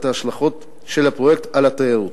את ההשלכות של הפרויקט על התיירות.